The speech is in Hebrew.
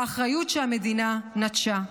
האחריות שהמדינה נטשה".